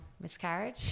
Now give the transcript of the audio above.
miscarriage